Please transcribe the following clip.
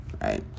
right